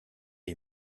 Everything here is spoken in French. est